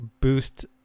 boost